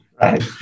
Right